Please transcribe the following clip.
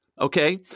Okay